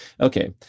Okay